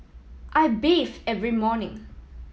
I bathe every morning